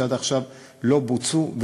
שעד עכשיו לא בוצעו,